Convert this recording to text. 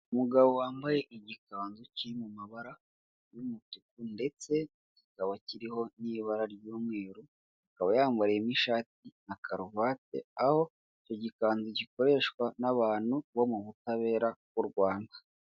Umugabo wambaye igikanzu kiri mu mabara y'umutuku ndetse akakiriho n'ibara ry'umweru akaba yambayemo ishati na karuvati, aho icyo gikanzu gikoreshwa n'abantu bo mu butabera bw'u Rwanda.